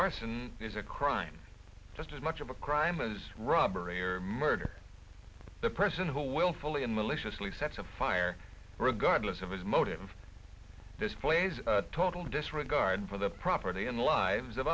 arson is a crime just as much of a crime as robbery or murder the person who willfully and maliciously sets a fire regardless of his motive this plays total disregard for the property and the lives of